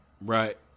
right